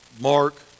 Mark